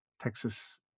Texas